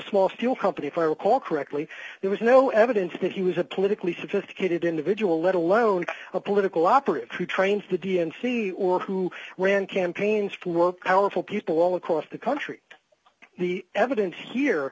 small steel company if i recall correctly there was no evidence that he was a politically sophisticated individual let alone a political operative who trains the d n c or who ran campaigns for work powerful people all across the country the evidence here